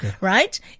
right